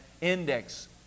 index